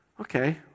Okay